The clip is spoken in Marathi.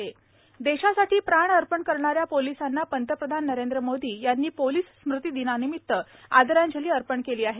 पोलिस स्मृती दिन देशासाठी प्राण अर्पण करणाऱ्या पोलिसांना पंतप्रधान नरेंद्र मोदी यांनी पोलीस स्मृती दिनानिमित्त आदरांजली अर्पण केली आहे